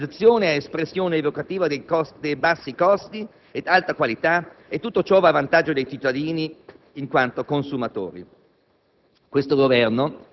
anche perché la liberalizzazione è espressione evocativa dei bassi costi e dell'alta qualità e tutto ciò va a vantaggio dei cittadini in quanto consumatori.